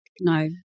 No